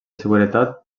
seguretat